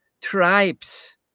tribes